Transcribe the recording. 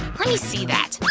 lemme see that.